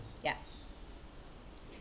yup